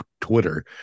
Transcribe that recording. Twitter